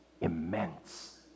immense